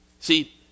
See